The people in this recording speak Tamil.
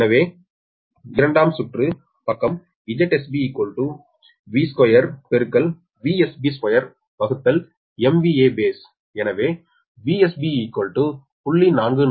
எனவே இரண்டாம் சுற்று பக்கம் ZsBV2VsB2baseஎனவே VsB 0